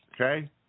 okay